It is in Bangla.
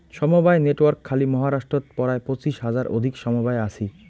সমবায় নেটওয়ার্ক খালি মহারাষ্ট্রত পরায় পঁচিশ হাজার অধিক সমবায় আছি